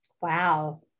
Wow